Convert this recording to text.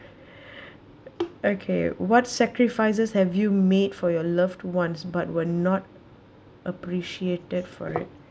okay what sacrifices have you made for your loved ones but were not appreciated for it